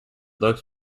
looks